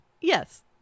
yes